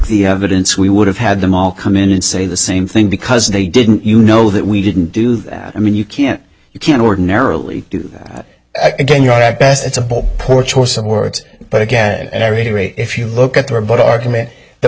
the evidence we would have had them all come in and say the same thing because they didn't you know that we didn't do that i mean you can't you can't ordinarily do that again you're at best it's a poor choice of words but again and everyday if you look at the